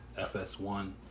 FS1